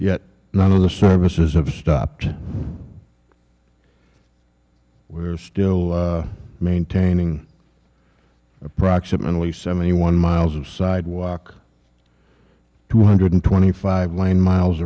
yet none of the services of a stopped we're still maintaining approximately seventy one miles of sidewalk two hundred twenty five line miles